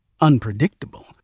unpredictable